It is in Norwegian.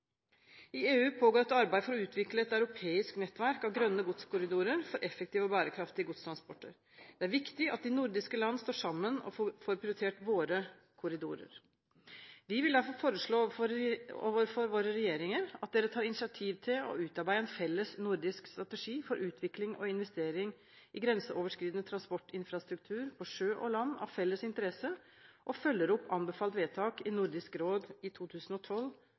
I EU pågår et arbeid for å utvikle et europeisk nettverk av grønne godskorridorer for en effektiv og bærekraftig godstransport. Det er viktig at vi i de nordiske land står sammen og får prioritert våre korridorer. Vi vil derfor foreslå at våre regjeringer tar initiativ til å utarbeide en felles nordisk strategi for utvikling av og investering i grenseoverskridende transportinfrastruktur på sjø og land av felles interesse, og følger opp anbefalt vedtak i Nordisk råd i 2012